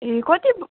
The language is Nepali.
ए कति